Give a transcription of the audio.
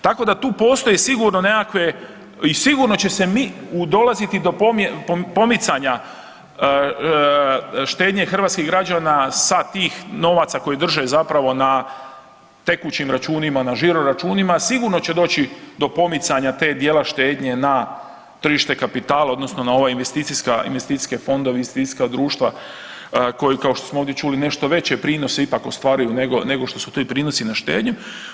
Tako da tu postoje sigurno nekakve i sigurno će dolaziti do pomicanja štednje hrvatskih građana sa tih novaca koje drže zapravo na tekućim računima, na žiro računima sigurno će doći do pomicanja te djela štednje na tržište kapitala odnosno na ova investicijske fondove, investicijska društva koji kao što smo ovdje čuli nešto veće prinose ipak ostvaruju nego što su ti prinosi na štednju.